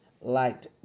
liked